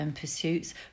pursuits